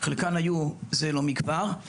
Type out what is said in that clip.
חלקן היו זה לא מכבר.